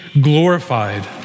glorified